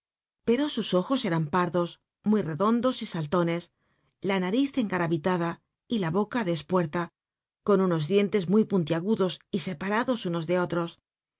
pero sus ojos eran pardos mur rrdnndo y sal ltm la nariz engarahilada y la boca de espuerta con unos dientes muy puntiagudos y eparados unos de otro